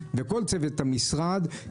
וכל צוות המשרד,